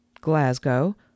Glasgow